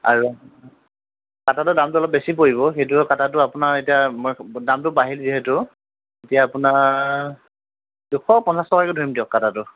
আৰু কটাটো দামটো অলপ বেছি পৰিব সেইটো কটাটো আপোনাৰ এতিয়া দামটো বাঢ়িল যিহেতু এতিয়া আপোনাৰ দুশ পঞ্চাছ টকাকৈ ধৰিম দিয়ক কটাটো